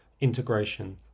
integration